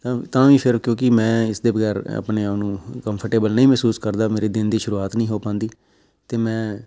ਤਾਂ ਵੀ ਫਿਰ ਕਿਉਂਕਿ ਮੈਂ ਇਸ ਦੇ ਵਗੈਰ ਆਪਣੇ ਆਪ ਨੂੰ ਕੰਫਰਟੇਬਲ ਨਹੀਂ ਮਹਿਸੂਸ ਕਰਦਾ ਮੇਰੇ ਦਿਨ ਦੀ ਸ਼ੁਰੂਆਤ ਨਹੀਂ ਹੋ ਪਾਉਂਦੀ ਅਤੇ ਮੈਂ